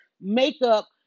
makeup